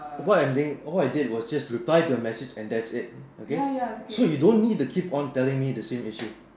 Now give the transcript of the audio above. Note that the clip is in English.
what I'm doing what I did was just reply to the message and that's it okay so you don't need to keep on telling me the same issue